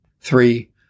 Three